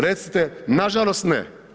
Recite nažalost ne.